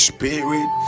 Spirit